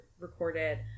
recorded